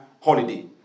holiday